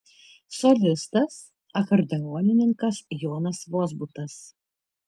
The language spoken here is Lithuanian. solistas akordeonininkas jonas vozbutas